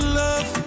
love